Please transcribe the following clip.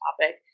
topic